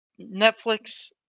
Netflix